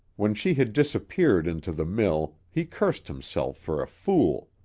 when she had disappeared into the mill he cursed himself for a fool.